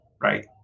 Right